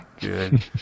Good